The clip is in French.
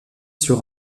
sur